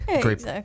Great